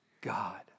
God